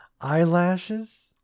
eyelashes